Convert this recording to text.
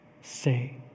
say